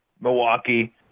Milwaukee